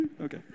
Okay